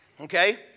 Okay